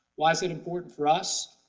why is it important for us?